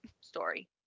story